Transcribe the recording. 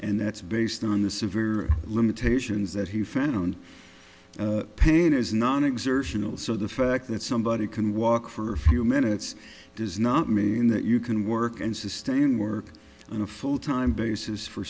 and that's based on the severe limitations that he found pain is not exertional so the fact that somebody can walk for a few minutes does not mean that you can work and sustain work on a full time basis for